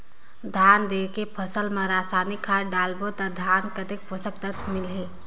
धान देंके फसल मा रसायनिक खाद डालबो ता धान कतेक पोषक तत्व मिलही?